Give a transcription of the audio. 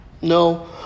No